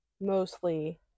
mostly